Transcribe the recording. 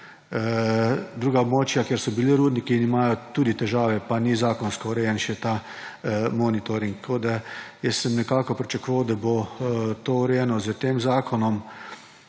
druga območja, kjer so bili rudniki in imajo tudi težave, pa ni zakonsko urejen še ta monitoring. Nekako sem pričakoval, da bo to urejeno s tem zakonom,